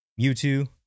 Mewtwo